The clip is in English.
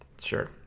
Sure